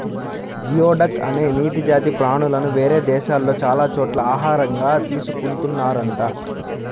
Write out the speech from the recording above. geoduck అనే నీటి జాతి ప్రాణులను వేరే దేశాల్లో చాలా చోట్ల ఆహారంగా తీసుకున్తున్నారంట